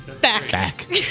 Back